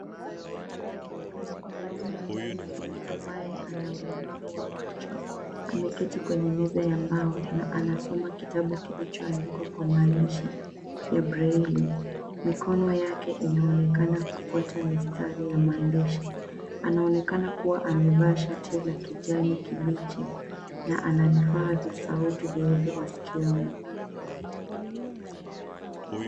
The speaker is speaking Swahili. Mwanaume mweusi ambaye ana ulemavu wa macho ameketi kwenye meza ya mbao na anasoma kitabu kilichoandikwa kwa maandishi ya braille . Mikono yake inaonekana kufuata mistari ya maandishi. Anaonekana kuwa amevaa shati la kijani kibichi na ana vifaa vya sauti nyeupe masikioni.